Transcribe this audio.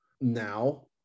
now